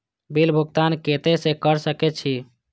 Bill भुगतान केते से कर सके छी?